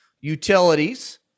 utilities